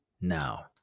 now